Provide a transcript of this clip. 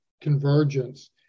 convergence